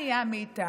מה נהיה מאיתנו?